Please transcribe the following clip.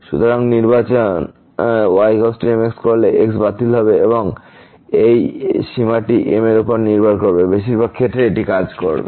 সুতরাংনির্বাচন y mx করলে x বাতিল হবে এবং এই সীমাটি m এর উপর নির্ভর করবে বেশিরভাগ ক্ষেত্রে এটি কাজ করবে